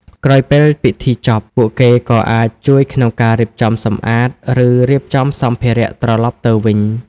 ក្រោយពេលពិធីចប់ ពួកគេក៏អាច ជួយក្នុងការរៀបចំសម្អាត ឬរៀបចំសម្ភារៈត្រឡប់ទៅវិញ។